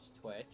twitch